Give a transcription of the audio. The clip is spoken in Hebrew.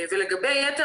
לגבי יתר